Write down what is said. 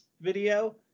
video